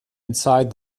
inside